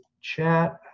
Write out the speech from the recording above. chat